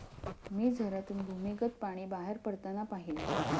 मी झऱ्यातून भूमिगत पाणी बाहेर पडताना पाहिले